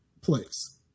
place